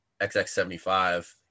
XX75